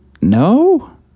No